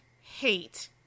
hate